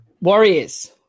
Warriors